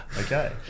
okay